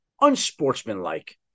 unsportsmanlike